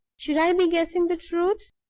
should i be guessing the truth?